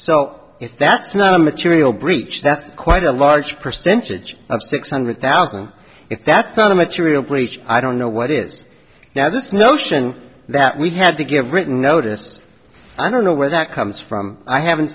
if that's not a material breach that's quite a large percentage of six hundred thousand if that's not a material breach i don't know what is now this notion that we had to give written notice i don't know where that comes from i haven't